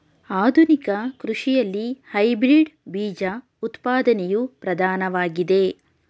ಆಧುನಿಕ ಕೃಷಿಯಲ್ಲಿ ಹೈಬ್ರಿಡ್ ಬೀಜ ಉತ್ಪಾದನೆಯು ಪ್ರಧಾನವಾಗಿದೆ